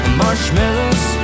marshmallows